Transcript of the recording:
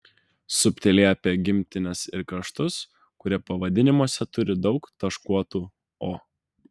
subtiliai apie gimtines ir kraštus kurie pavadinimuose turi daug taškuotų o